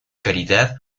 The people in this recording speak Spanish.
caridad